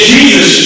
Jesus